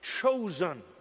chosen